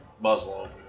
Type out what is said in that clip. Muslim